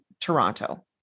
Toronto